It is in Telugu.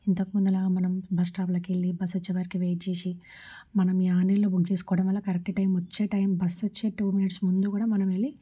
ఇంతకు ముందలాగా మనం బస్ స్టాప్ లోకి వెళ్ళి బస్ వచ్చే వరకు వెయిట్ చేసి మనం ఆన్లైన్లో బుక్ చేసుకోవడం వల్ల కరెక్ట్ టైం వచ్చే టైం బస్ వచ్చే టూ మినిట్స్ ముందు కూడా మనం వెళ్ళి